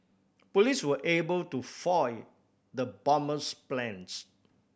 police were able to foil the bomber's plans